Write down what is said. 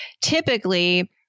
typically